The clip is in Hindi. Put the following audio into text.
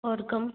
और कम